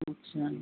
اچّھا